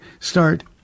start